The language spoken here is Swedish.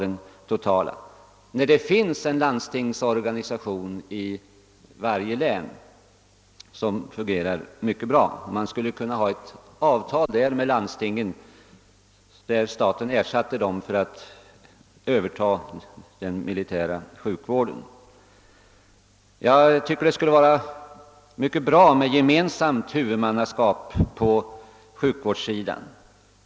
Det finns ju i varje län en landstingsorganisation som fungerar mycket bra, och man skulle kunna ha ett avtal med landstingen om att staten skall ersätta landstingen för att dessa övertar den militära sjukvården. Jag anser att det skulle vara mycket bra med ett gemensamt huvudmannaskap på sjukvårdssidan.